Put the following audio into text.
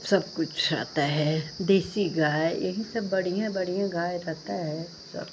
सब कुछ आता है देसी गाय यही सब बढ़िया बढ़िया गाय रहती है